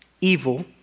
evil